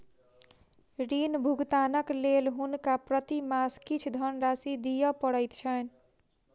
ऋण भुगतानक लेल हुनका प्रति मास किछ धनराशि दिअ पड़ैत छैन